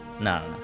no